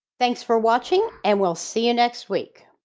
thanks for watching and we'll see you next week.